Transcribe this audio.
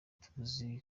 tuzi